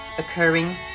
occurring